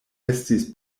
estis